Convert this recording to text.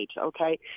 okay